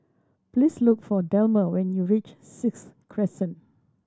please look for Delmer when you reach Sixth Crescent